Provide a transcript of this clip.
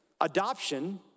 adoption